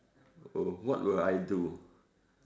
oh what will I do